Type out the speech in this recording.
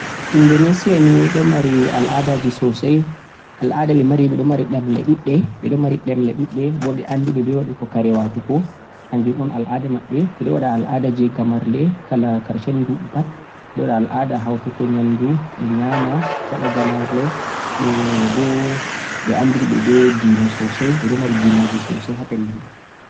Indonesia ni ɗo mari al-ada ji sosai, al-ada ɓe mari ɓe ɗo mari ɗemle ɗuɗɗe, bo ɓe andi ɓe, be waɗugo kare watugo, kanjum on al-ada maɓɓe, ɓe ɗo waɗa al-ada je gamarle kala karshe ndubu pat, ɓe ɗo waɗa al-ada hautugo nyamdu ɓe nyama, ɓe waɗa gamarle, be bo ɓe ɗo andiri be dina sosai ɓe ɗo mari dina ji sosai ha pellel mai.